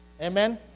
amen